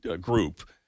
group